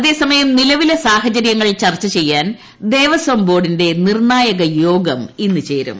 അതേസമയം നിലവിലെ സാഹചരൃങ്ങൾ ചർച്ച ചെയ്യാൻ ദേവസ്വം ബോർഡിന്റെ നിർണ്ണായകയോഗം ഇന്ന് ചേരും